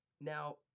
Now